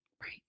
Right